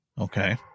Okay